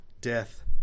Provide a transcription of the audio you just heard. Death